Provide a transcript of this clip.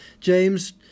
James